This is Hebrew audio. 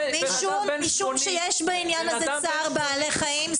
משום שיש בעניין הזה צער בעלי חיים.